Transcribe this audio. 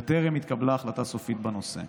וטרם התקבלה החלטה סופית בנושא.